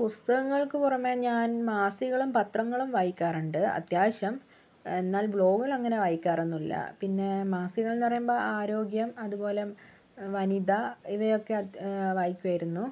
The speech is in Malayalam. പുസ്തകങ്ങൾക്ക് പുറമേ ഞാൻ മാസികകളും പത്രങ്ങളും വായിക്കാറുണ്ട് അത്യാവശ്യം എന്നാൽ ബ്ലോഗുകൾ അങ്ങനെ വായിക്കാറൊന്നുമില്ല പിന്നെ മാസികകൾ എന്ന് പറയുമ്പോൾ ആരോഗ്യം അതുപോലെ വനിത ഇവയൊക്കെ വായിക്കുമായിരുന്നു